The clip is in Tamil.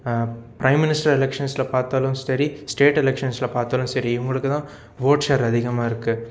ப்ரைம் மினிஸ்டர் எலக்ஷன்ஸில் பார்த்தாலும் சரி ஸ்டேட் எலக்ஷன்ஸில் பார்த்தாலும் சரி இவங்களுக்கு தான் ஓட் ஷேர் அதிகமாக இருக்கு